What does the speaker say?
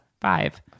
Five